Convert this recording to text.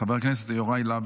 חבר הכנסת יוראי להב